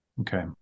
Okay